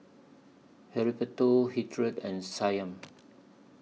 Heriberto Hildred and Shyann